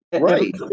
right